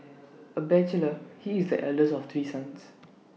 A bachelor he is the eldest of three sons